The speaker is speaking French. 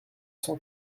cent